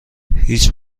هیچ